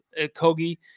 Kogi